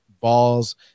balls